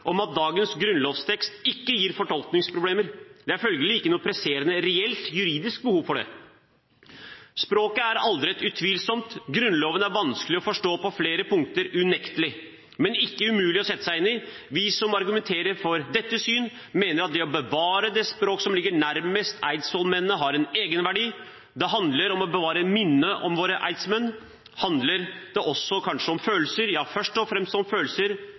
om at dagens grunnlovstekst ikke gir fortolkningsproblemer. Det er følgelig ikke noe presserende reelt juridisk behov for det. Språket er utvilsomt aldret. Grunnloven er unektelig vanskelig å forstå på flere punkter, men er ikke umulig å sette seg inn. Vi som argumenterer for dette syn, mener at det å bevare språket som ligger nærmest eidsvollsmennenes, har en egenverdi. Det handler om å bevare minnet om våre eidsvollsmenn. Det handler også om følelser – kanskje først og fremst om følelser